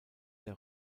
der